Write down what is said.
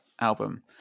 album